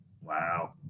wow